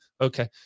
Okay